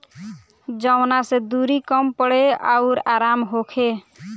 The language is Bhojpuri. जवना से दुरी कम पड़े अउर आराम होखे